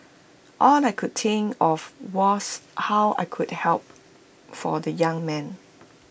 all I could think of was how I could help for the young man